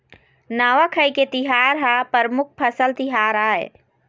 नवाखाई के तिहार ह परमुख फसल तिहार आय